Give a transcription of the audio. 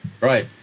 Right